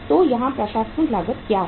तो यहाँ प्रशासनिक लागत क्या है